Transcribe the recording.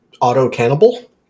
auto-cannibal